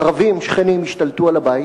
ערבים שכנים השתלטו על הבית,